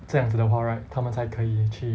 这样子的话 right 他们才可以去